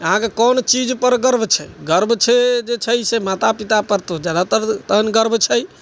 अहाँके कोन चीजपर गर्व छै गर्व छै जे छै से माता पितापर तऽ जादातर तहन गर्व छै